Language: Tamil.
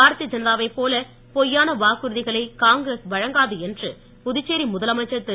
பாரதிய ஜனதாவை போல பொய்யான வாக்குறுதிகளை காங்கிரஸ் வழங்காது என்று புதுச்சேரி முதலமைச்சர் திரு